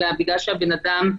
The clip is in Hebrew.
אלא בגלל שהבן אדם,